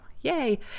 yay